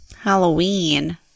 Halloween